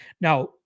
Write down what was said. now